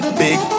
big